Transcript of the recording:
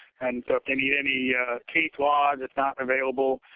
and so, if they need any case law that's not available,